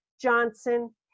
Johnson